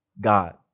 God